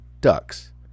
ducks